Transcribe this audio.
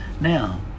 Now